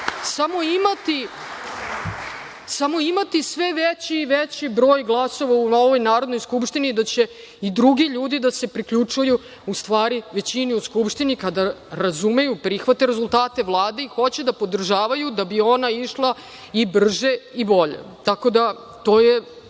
samo imati sve veći i veći broj glasova u ovoj Narodnoj skupštini, da će i drugi ljudi da se priključuju u stvari većini u Skupštini kada razumeju i prihvate rezultate Vlade i hoće da podržavaju da bi ona išla i brže i bolje, tako da je